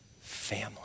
family